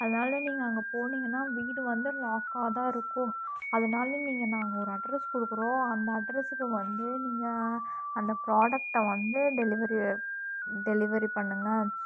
அதனால நீங்கள் அங்கே போனீங்கன்னால் வீடு வந்து லாக்காக தான் இருக்கும் அதனால நீங்கள் நாங்கள் ஒரு அட்ரஸ் கொடுக்கறோம் அந்த அட்ரஸுக்கு வந்து நீங்கள் அந்த ப்ரோடக்ட்டை வந்து டெலிவரி டெலிவரி பண்ணுங்க